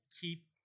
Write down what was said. keep